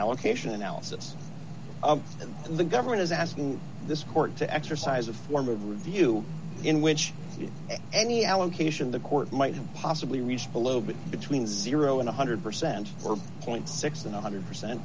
allocation analysis and the government is asking this court to exercise a form of review in which any allocation the court might have possibly reached below but between zero and one hundred percent or zero six to one hundred percent